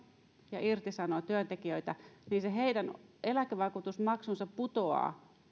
ja irtisanovat työntekijöitä niin se heidän eläkevakuutusmaksunsa putoaa